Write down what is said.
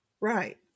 right